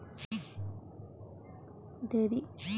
dairy उप्तादन व्याबसाय क्षेत्र मे लाभ हुवै छै